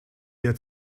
der